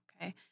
Okay